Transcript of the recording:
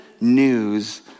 news